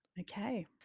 Okay